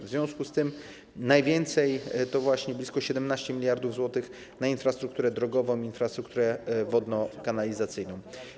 W związku z tym najwięcej, bo właśnie blisko 17 mld zł, przeznacza się na infrastrukturę drogową, na infrastrukturę wodno-kanalizacyjną.